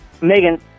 Megan